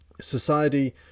society